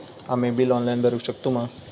आम्ही bill online भरुक शकतू मा?